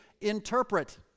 interpret